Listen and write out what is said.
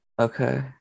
Okay